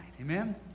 Amen